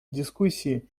дискуссии